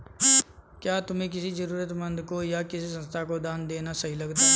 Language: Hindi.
क्या तुम्हें किसी जरूरतमंद को या किसी संस्था को दान देना सही लगता है?